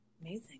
Amazing